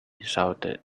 insulted